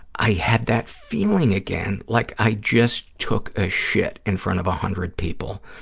i had that feeling again like i just took a shit in front of a hundred people.